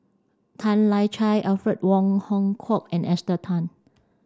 Tan Lian Chye Alfred Wong Hong Kwok and Esther Tan